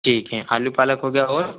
ठीक है आलू पालक हो गया और